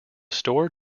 store